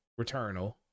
Returnal